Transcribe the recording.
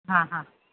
હા હા